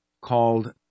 called